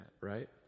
right